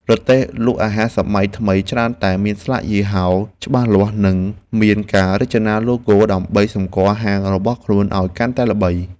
រទេះលក់អាហារសម័យថ្មីច្រើនតែមានស្លាកយីហោច្បាស់លាស់ និងមានការរចនាឡូហ្គោដើម្បីសម្គាល់ហាងរបស់ខ្លួនឱ្យកាន់តែល្បី។